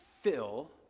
fill